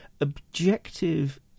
objective